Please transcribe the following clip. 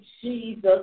Jesus